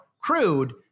Crude